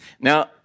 Now